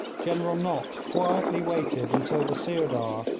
general nott quietly waited until the sirdar,